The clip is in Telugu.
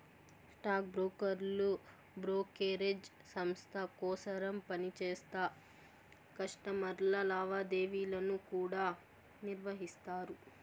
స్టాక్ బ్రోకర్లు బ్రోకేరేజ్ సంస్త కోసరం పనిచేస్తా కస్టమర్ల లావాదేవీలను కూడా నిర్వహిస్తారు